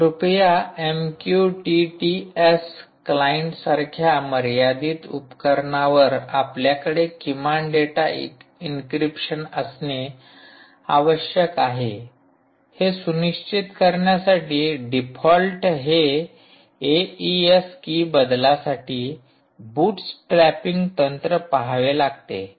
तर कृपया MQTT S client सारख्या मर्यादित उपकरणावर आपल्याकडे किमान डेटा इंक्रीप्शन असणे आवश्यक आहे हे सुनिश्चित करण्यासाठी डिफॉल्ट हे एइस कि बदलासाठी बूट्स ट्रॅपिंग तंत्र पाहावे लागते